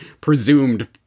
presumed